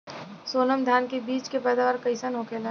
सोनम धान के बिज के पैदावार कइसन होखेला?